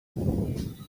passengers